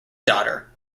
daughter